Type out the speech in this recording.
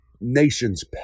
nation's